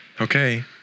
okay